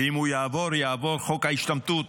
ואם הוא יעבור, יעבור חוק ההשתמטות.